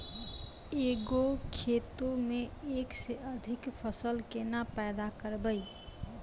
एक गो खेतो मे एक से अधिक फसल केना पैदा करबै?